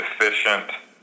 efficient